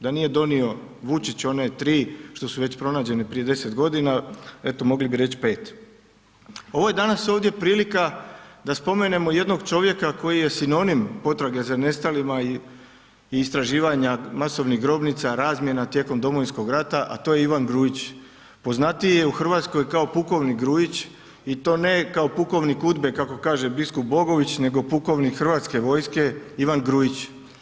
Da nije donio Vučić one 3 što su već pronađene prije 10 godina, eto, mogli bi reći 5. Ovo je danas ovdje prilika da spomenemo jednog čovjeka koji je sinonim potrage za nastalima i istraživanja masovnih grobnica, razmjena tijekom Domovinskog rata, a to je Ivan Grujić, poznatiji je u Hrvatskoj kao pukovnik Grujić i to ne kao pukovnik UDBA-e kako kaže biskup Bogović, nego pukovnik Hrvatske vojske Ivan Grujić.